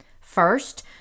First